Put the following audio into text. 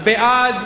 בעד,